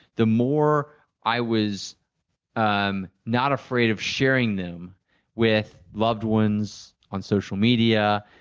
the more i was um not afraid of sharing them with loved ones, on social media,